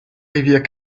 rivière